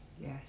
Yes